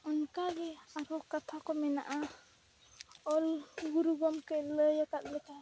ᱚᱱᱠᱟᱜᱮ ᱟᱨᱦᱚᱸ ᱠᱟᱛᱷᱟᱠᱚ ᱢᱮᱱᱟᱜᱼᱟ ᱚᱞᱜᱩᱨᱩ ᱜᱚᱢᱠᱮᱭ ᱞᱟᱹᱭ ᱟᱠᱟᱫ ᱞᱮᱠᱟ